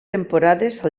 temporades